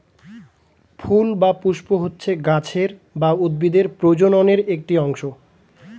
ফুল বা পুস্প হচ্ছে গাছের বা উদ্ভিদের প্রজননের একটি অংশ